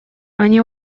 они